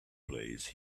place